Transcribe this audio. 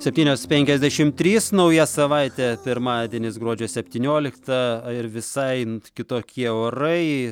septynios penkiasdešim trys nauja savaitė pirmadienis gruodžio septyniolikta ir visai nt kitokie orai